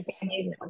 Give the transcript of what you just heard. families